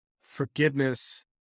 forgiveness